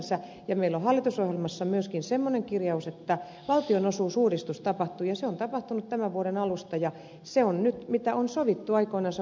meillä on hallitusohjelmassa myöskin semmoinen kirjaus että valtionosuusuudistus tapahtuu ja se on tapahtunut tämän vuoden alusta ja se on nyt se mitä on sovittu aikoinaan hallitusohjelmassa